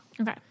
Okay